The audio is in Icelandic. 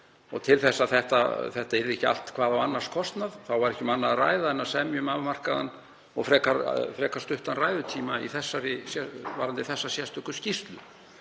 til þess að þetta yrði ekki allt hvað á annars kostnað var ekki um annað að ræða en að semja um afmarkaðan og frekar stuttan ræðutíma varðandi þessa sérstöku skýrslu.